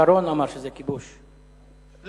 שרון אמר שזה כיבוש כשהיה ראש ממשלה.